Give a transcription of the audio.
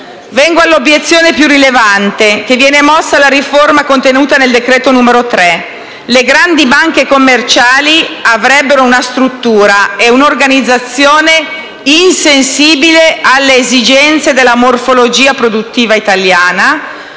Vengo all'obiezione più rilevante che viene mossa alla riforma contenuta nel decreto-legge n. 3: le grandi banche commerciali avrebbero una struttura e un'organizzazione insensibile alle esigenze della morfologia produttiva italiana,